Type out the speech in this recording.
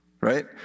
right